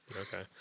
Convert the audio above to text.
Okay